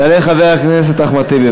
יעלה חבר הכנסת אחמד טיבי.